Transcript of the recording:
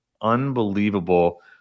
unbelievable